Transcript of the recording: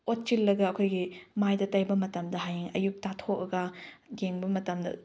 ꯑꯣꯠꯁꯤꯜꯂꯒ ꯑꯩꯈꯣꯏꯒꯤ ꯃꯥꯏꯗ ꯇꯩꯕ ꯃꯇꯝꯗ ꯍꯌꯦꯡ ꯑꯌꯨꯛ ꯇꯥꯊꯣꯛꯑꯒ ꯌꯦꯡꯕ ꯃꯇꯝꯗ